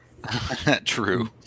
true